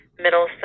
Middle